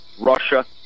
Russia